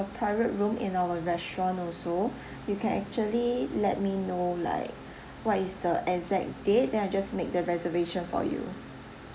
private room in our restaurant also you can actually let me know like what is the exact date then I'll just made the reservation for you